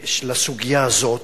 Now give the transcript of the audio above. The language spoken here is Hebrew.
לסוגיה הזאת,